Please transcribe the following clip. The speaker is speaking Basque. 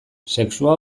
sexua